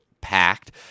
packed